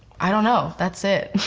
i don't know, that's it.